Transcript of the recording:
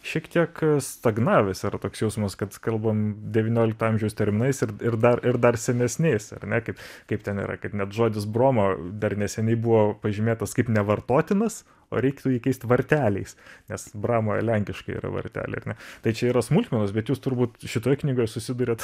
šiek tiek stagnavęs yra toks jausmas kad kalbam devyniolikto amžiaus terminais ir ir dar ir dar senesniais ar ne kaip kaip ten yra kad net žodis broma dar neseniai buvo pažymėtas kaip nevartotinas o reiktų jį keist varteliais nes brama lenkiškai yra varteliai ar ne tai čia yra smulkmenos bet jūs turbūt šitoj knygoj susiduriat